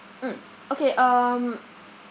mm okay um